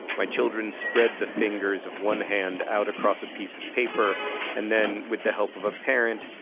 my children spread the fingers of one hand out across a piece of paper and then, with the help of a parent,